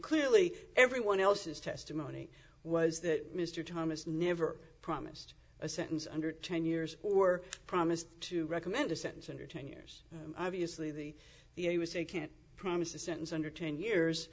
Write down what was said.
clearly everyone else is testimony was that mr thomas never promised a sentence under ten years or promised to recommend a sentence under ten years obviously the the a was a can't promise a sentence under ten years